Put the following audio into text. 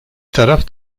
taraf